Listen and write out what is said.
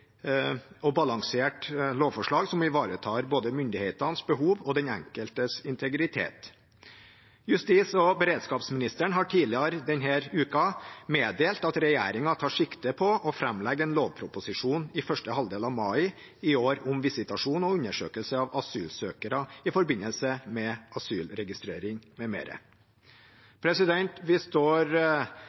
og balansert lovforslag som ivaretar både myndighetenes behov og den enkeltes integritet. Justis- og beredskapsministeren har tidligere denne uken meddelt at regjeringen tar sikte på å framlegge en lovproposisjon i første halvdel i mai i år om visitasjon og undersøkelse av asylsøkere i forbindelse med asylregistrering m.m. Vi står med